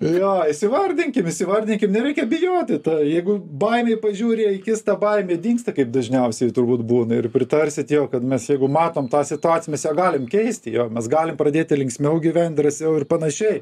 jo įvardinkim įsivardykim nereikia bijoti tai jeigu baimei pažiūri į akis ta baimė dingsta kaip dažniausiai turbūt būna ir pritarsit jo kad mes jeigu mato tą situaciją mes ją galim keisti jo mes galim pradėti linksmiau gyvent drąsiau ir panašiai